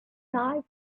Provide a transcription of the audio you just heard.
dive